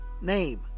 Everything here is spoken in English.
name